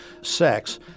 sex